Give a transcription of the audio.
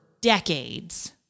decades